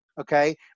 okay